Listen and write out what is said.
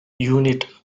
unit